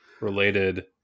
related